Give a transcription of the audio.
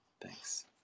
Thanks